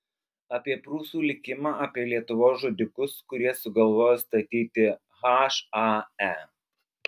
apie prūsų likimą apie lietuvos žudikus kurie sugalvojo statyti hae